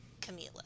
Camila